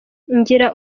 ngira